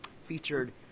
featured